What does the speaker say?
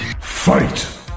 Fight